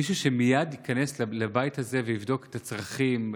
שמישהו מייד ייכנס לבית הזה ויבדוק את הצרכים.